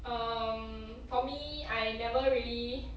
um for me I never really